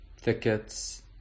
thickets